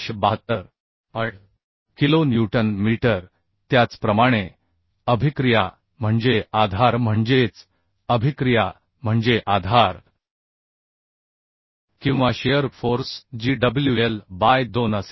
8 kilonewton metre त्याचप्रमाणे अभिक्रिया म्हणजे आधार म्हणजेच अभिक्रिया म्हणजे आधार किंवा शिअर फोर्स जी WL बाय 2 असेल